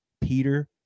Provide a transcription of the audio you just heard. Peter